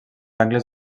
angles